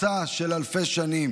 מסע של אלפי שנים,